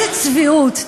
איזו צביעות.